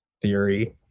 theory